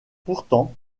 portant